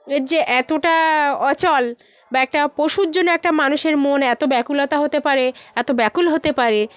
এর যে এতটা অচল বা একটা পশুর জন্যে একটা মানুষের মন এত ব্যাকুলতা হতে পারে এত ব্যাকুল হতে পারে